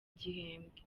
gihembwe